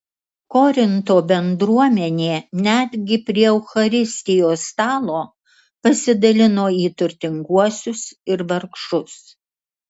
korinto bendruomenė netgi prie eucharistijos stalo pasidalino į turtinguosius ir vargšus